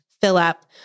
fill-up